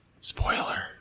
Spoiler